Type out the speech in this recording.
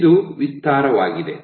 ಇದು ವಿಸ್ತಾರವಾಗಿದೆ